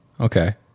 Okay